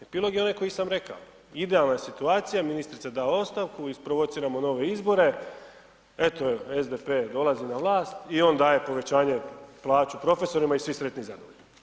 Epilog je onaj koji sam rekao, idealna je situacija ministrica da ostavku, isprovociramo nove izbore, eto SDP dolazi na vlast i on daje povećanje plaće profesorima i svi sretni i zadovoljni.